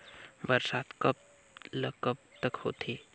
बरसात कब ल कब तक होथे?